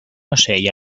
ocell